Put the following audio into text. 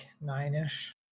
nine-ish